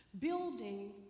building